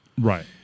Right